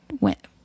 went